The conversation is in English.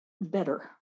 better